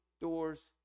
doors